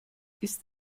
ist